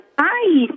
Hi